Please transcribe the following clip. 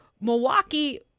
Milwaukee